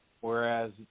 Whereas